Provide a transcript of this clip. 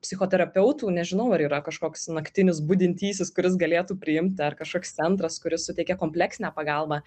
psichoterapeutų nežinau ar yra kažkoks naktinis budintysis kuris galėtų priimti ar kažkoks centras kuris suteikia kompleksinę pagalbą